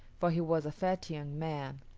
for he was a fat young man.